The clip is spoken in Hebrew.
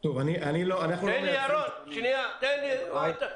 טוב, אנחנו לא מייצרים --- ירון, תן לי רגע.